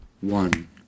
one